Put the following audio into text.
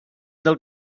del